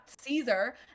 Caesar